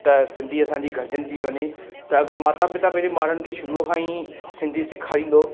त सिंधी असांजी घटिजंदी थी वञे त अगरि माता पिता पंहिंजे ॿारनि खे शुरूअ खां ई सिंधी सेखारींदो